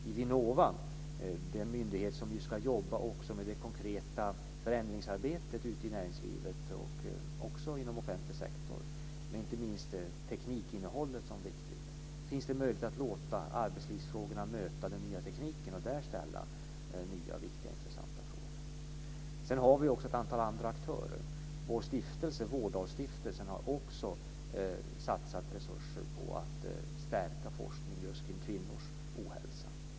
I Vinnova - den myndighet som ska jobba med det konkreta förändringsarbetet i näringslivet och också i offentlig sektor, med inte minst med teknikinnehållet som viktigt - finns det möjlighet att låta arbetslivsfrågorna möta den nya tekniken och ställa nya, viktiga och intressanta frågor. Sedan har vi ett antal andra aktörer. Vårdalsstiftelsen har satsat resurser på att stärka forskningen just kring kvinnors ohälsa.